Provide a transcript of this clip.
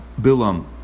Bilam